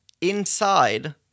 inside